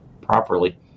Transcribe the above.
properly